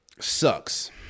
sucks